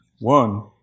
one